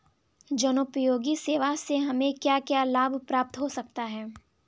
जनोपयोगी सेवा से हमें क्या क्या लाभ प्राप्त हो सकते हैं?